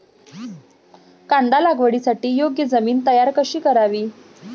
कांदा लागवडीसाठी योग्य जमीन तयार कशी करावी?